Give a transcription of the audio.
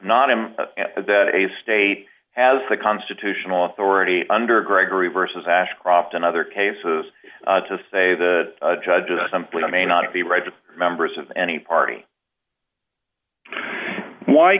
not him that a state has the constitutional authority under gregory versus ashcroft and other cases to say the judges something i may not be right that members of any party why